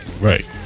right